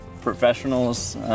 professionals